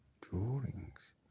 drawings